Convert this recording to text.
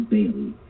Bailey